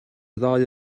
ddau